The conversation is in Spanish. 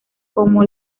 como